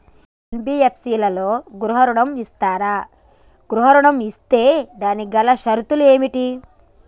NBFC లలో గృహ ఋణం ఇస్తరా? గృహ ఋణం ఇస్తే దానికి గల షరతులు ఏమిటి?